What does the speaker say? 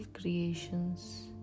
creations